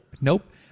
Nope